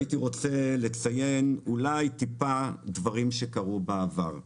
הייתי רוצה לציין אולי מעט דברים שקרו בעבר.